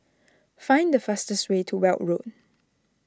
find the fastest way to Weld Road